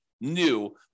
new